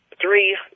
three